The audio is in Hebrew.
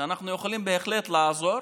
אנחנו בהחלט יכולים לעזור,